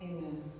Amen